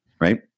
right